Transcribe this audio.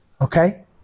okay